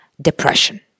depression